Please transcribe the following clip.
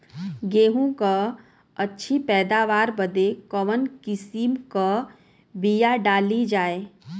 गेहूँ क अच्छी पैदावार बदे कवन किसीम क बिया डाली जाये?